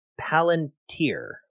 Palantir